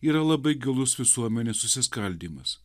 yra labai gilus visuomenės susiskaldymas